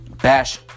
Bash